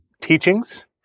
teachings